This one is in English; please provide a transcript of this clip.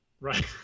Right